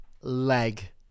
Leg